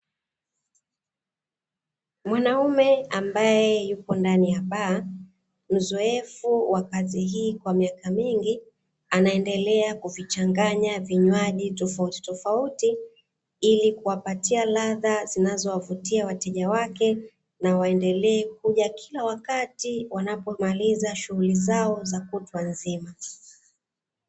Mwanaume ambaye yupo ndani ya baa, mzoefu wa kazi hii kwa miaka mingi, anaendelea kuvichanganya vinywaji tofauti tofauti ili kuwapatia ladha zinazowavutia wateja wake na waendelee kuja kila wakati wanapomaliza shughuli zao za kutwa nzima.